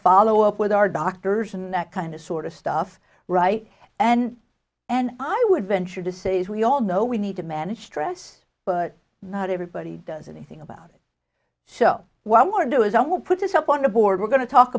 follow up with our doctors and that kind of sort of stuff right and and i would venture to say as we all know we need to manage stress but not everybody does anything about it so what i want to do is only put this up on a board we're going t